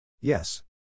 Yes